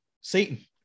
Satan